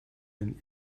ein